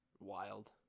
Wild